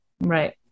right